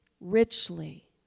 Richly